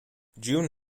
june